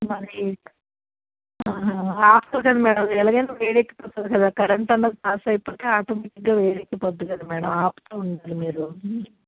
మరి ఆపాలి కదా మ్యాడమ్ ఎలాగైనా వేడెక్కిపోతుంది కదా కరెంట్ అన్నది పాస్ అయిపోతే ఆటోమేటిక్గా వేడెక్కిపోద్ది కదా మ్యాడమ్ ఆపుతు ఉంటే మీరు